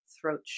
throat